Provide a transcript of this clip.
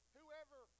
whoever